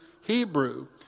Hebrew